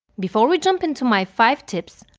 before we jump into my five tips,